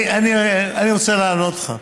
תקשיב, אני רוצה לענות לך.